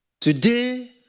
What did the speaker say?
Today